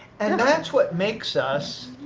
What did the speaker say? and and that's what makes us